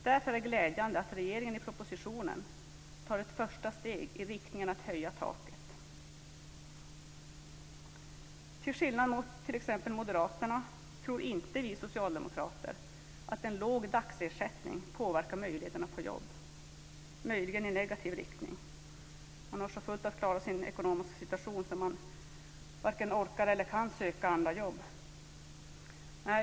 Därför är det glädjande att regeringen i propositionen tar ett första steg i riktningen att höja taket. Till skillnad mot t.ex. Moderaterna tror inte vi socialdemokrater att en låg dagersättning påverkar möjligheten att få jobb - annat än möjligen i negativ riktning. Man har så fullt upp med att klara sin ekonomiska situation att man varken orkar eller kan söka andra jobb.